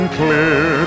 clear